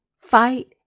fight